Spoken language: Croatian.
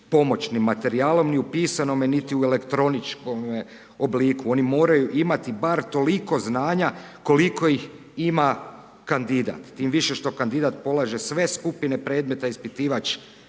pomoćnim materijalom ni u pisanome niti u elektroničkome obliku. Oni moraju imati bar toliko znanja koliko ih ima kandidat. Tim više što kandidat polaže sve skupine predmeta, ispitivač